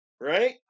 right